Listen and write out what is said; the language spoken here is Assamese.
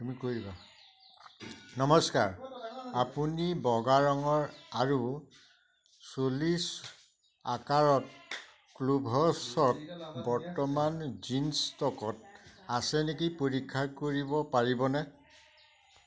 নমস্কাৰ আপুনি বগা ৰঙত আৰু চল্লিছ আকাৰত কুভছ্ত বৰ্তমান জিন্ছ ষ্টকত আছে নেকি পৰীক্ষা কৰিব পাৰিবনে